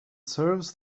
serves